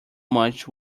much